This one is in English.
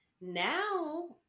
now